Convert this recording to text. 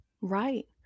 Right